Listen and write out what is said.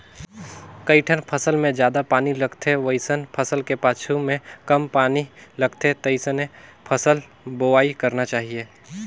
कइठन फसल मे जादा पानी लगथे वइसन फसल के पाछू में कम पानी लगथे तइसने फसल बोवाई करना चाहीये